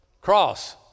cross